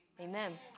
Amen